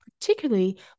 particularly